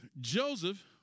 Joseph